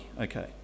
okay